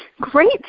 Great